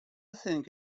think